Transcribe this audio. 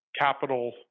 capital